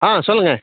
ஆ சொல்லுங்கள்